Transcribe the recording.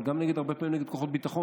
אבל הרבה פעמים הם גם נגד כוחות ביטחון,